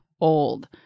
old